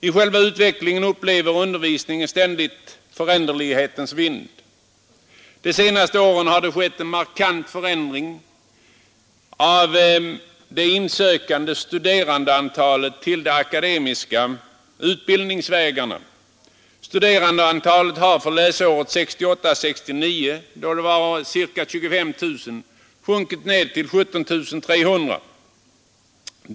I själva utvecklingen får undervisningen ständigt känna av föränderlighetens vind. De senaste åren har det skett en markant förändring av det antal studerande som sökt till de akademiska utbildningsvägarna. Studerandeantalet var ca 25 000 läsåret 1968/1969 och har nu sjunkit till 17 300.